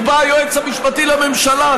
ובא היועץ המשפטי לממשלה,